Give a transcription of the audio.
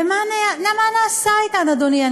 ומה נעשה אתן, אדוני?